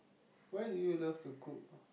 why do you love to cook